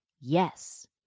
yes